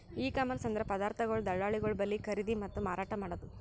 E commerce ಅಂದ್ರ ಪದಾರ್ಥಗೊಳ್ ದಳ್ಳಾಳಿಗೊಳ್ ಬಲ್ಲಿ ಖರೀದಿ ಮತ್ತ್ ಮಾರಾಟ್ ಮಾಡದು